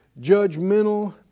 judgmental